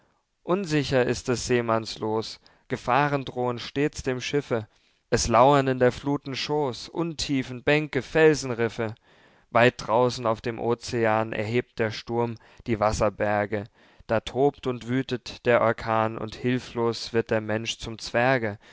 unsicher ist des seemanns loos gefahren drohen stets dem schiffe es lauern in der fluthen schoß untiefen bänke felsenriffe weit draußen auf dem ozean erhebt der sturm die wasserberge da tobt und wüthet der orkan und hilflos wird der mensch zum zwerge